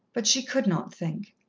but she could not think.